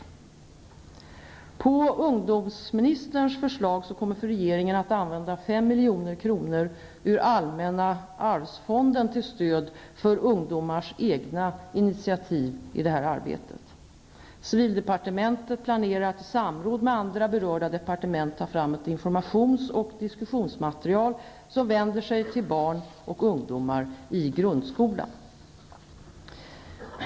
Regeringen kommer på ungdomsministerns förslag att använda 5 milj.kr. ur allmänna arvsfonden till stöd för ungdomars egna initiativ i det här arbetet. Civildepartementet planerar att i samråd med andra berörda departement ta fram ett informations och diskussionsmaterial som vänder sig till barn och ungdomar i grundskolan.